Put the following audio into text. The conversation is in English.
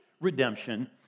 redemption